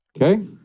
Okay